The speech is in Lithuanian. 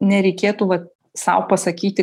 nereikėtų va sau pasakyti